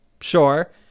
sure